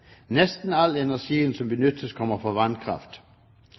Nesten all energien som benyttes, kommer fra vannkraft.